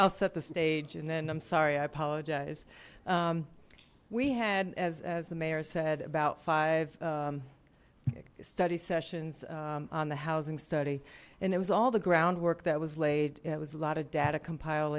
i'll set the stage and then i'm sorry i apologize we had as the mayor said about five study sessions on the housing study and it was all the groundwork that was laid it was a lot of data compile